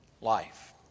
life